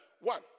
one